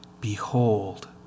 Behold